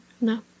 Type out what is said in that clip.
No